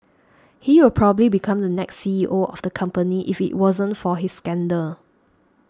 he will probably become the next C E O of the company if it wasn't for his scandal